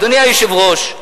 אדוני היושב-ראש,